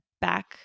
back –